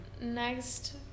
next